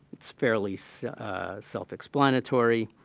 it's fairly so self-explanatory.